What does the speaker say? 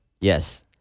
Yes